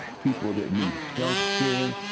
people that need healthcare.